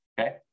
Okay